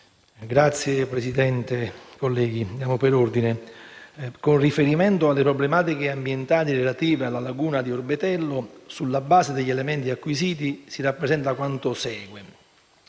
la difesa*. Signora Presidente, con riferimento alle problematiche ambientali relative alla laguna di Orbetello, sulla base degli elementi acquisiti, si rappresenta quanto segue.